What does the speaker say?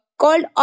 called